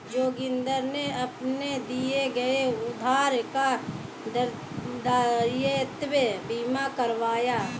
जोगिंदर ने अपने दिए गए उधार का दायित्व बीमा करवाया